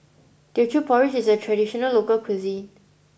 Teochew Porridge is a traditional local cuisine